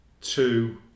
two